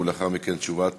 ולאחר מכן תשובת